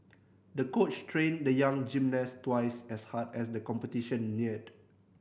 the coach trained the young gymnast twice as hard as the competition neared